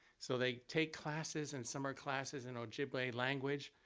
so they take classes and summer classes in ojibwe language.